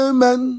Amen